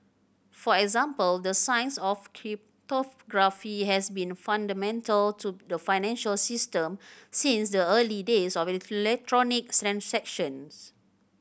for example the science of cryptography has been fundamental to the financial system since the early days of the electronic transactions